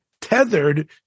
tethered